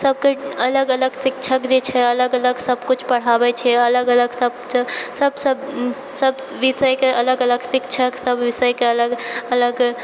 अलग अलग शिक्षक जे छै अलग अलग सब किछु पढ़ाबै छै अलग अलग सब सब विषयके अलग अलग शिक्षक सब विषयके अलग अलग